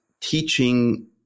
teaching